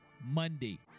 Monday